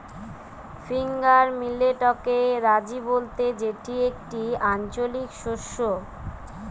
finger মিলেটকে রাজি বলতে যেটি একটি আঞ্চলিক শস্য